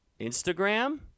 Instagram